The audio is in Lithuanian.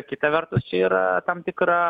kita vertus čia yra tam tikra